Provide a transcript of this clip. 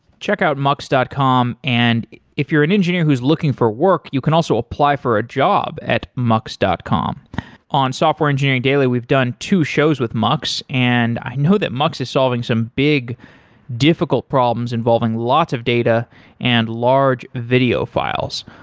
check out mux dot com. and if you're an engineer who's looking for work, you can also apply for a job at mux dot com on software engineering daily, we've done two shows with mux, and i know that mux is solving some big difficult problems involving lots of data and large video files.